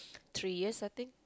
three years I think